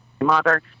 mother